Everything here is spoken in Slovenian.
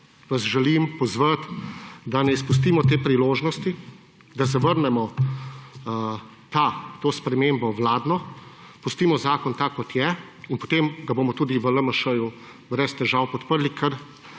vas želim pozvati, da ne izpustimo te priložnosti, da zavrnemo to spremembo vladno, pustimo zakon tak, kot je, in potem ga bomo tudi v LMŠ brez težav podprli,